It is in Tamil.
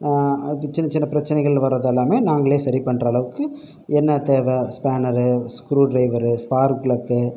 சின்ன சின்ன பிரச்னைகள் வரது எல்லாமே நாங்களே சரி பண்ணுற அளவுக்கு என்ன தேவை ஸ்பேனர் ஸ்குருட்ரைவர் ஸ்பார்க் பிளக்